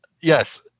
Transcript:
Yes